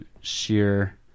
sheer